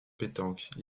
pétanque